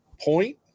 point